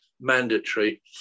mandatory